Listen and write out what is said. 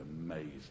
amazing